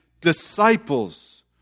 disciples